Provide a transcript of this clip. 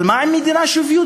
אבל מה עם מדינה שוויונית?